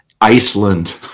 Iceland